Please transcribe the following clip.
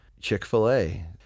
Chick-fil-A